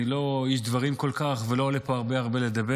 אני לא איש דברים כל כך ולא עולה פה הרבה לדבר.